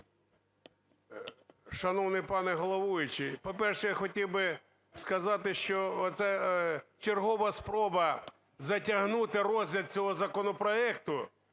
Шановний пане головуючий, по-перше, я хотів би сказати, що це чергова спроба затягнути розгляд цього законопроекту